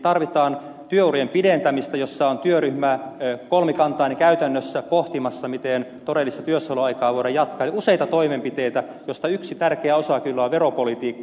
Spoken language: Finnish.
tarvitaan työurien pidentämistä jossa on työryhmä kolmikantainen käytännössä pohtimassa miten todellista työssäoloaikaa voidaan jatkaa ja useita toimenpiteitä joista yksi tärkeä osa on kyllä veropolitiikka